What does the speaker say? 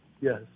Yes